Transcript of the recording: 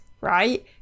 right